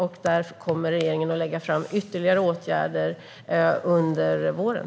Regeringen kommer här att lägga fram ytterligare åtgärder under våren.